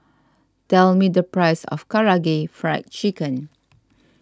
tell me the price of Karaage Fried Chicken